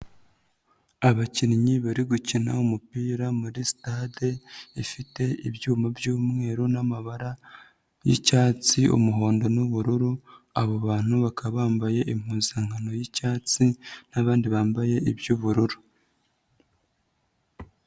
Abakinnyi bari gukina umupira muri sitade ifite ibyuma by'umweru n'amabara y'icyatsi, umuhondo n'ubururu, abo bantu bakaba bambaye impuzankano y'icyatsi n'abandi bambaye iby'ubururu.